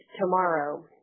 tomorrow